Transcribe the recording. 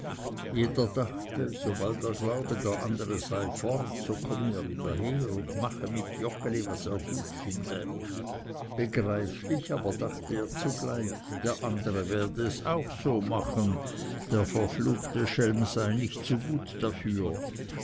jeder dachte sobald er glaube der andere sei fort so komme er wieder her und mache mit joggeli was er gut finde begreiflich aber dachte er zugleich der andere werde es auch so machen der verfluchte schelm sei nicht zu gut dafür